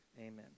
Amen